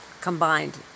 combined